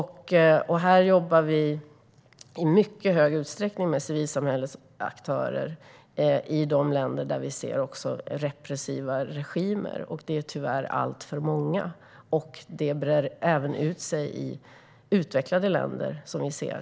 Här jobbar vi i mycket stor utsträckning med civilsamhällets aktörer i de länder där vi ser repressiva regimer, och det är tyvärr alltför många. Detta ser vi även breda ut sig i utvecklade länder.